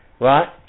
right